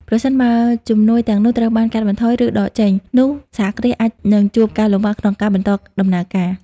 ប្រសិនបើជំនួយទាំងនោះត្រូវបានកាត់បន្ថយ ឬដកចេញ នោះសហគ្រាសអាចនឹងជួបការលំបាកក្នុងការបន្តដំណើរការ។